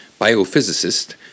biophysicist